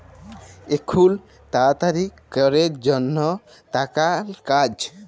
এখুল তাড়াতাড়ি ক্যরের জনহ টাকার কাজ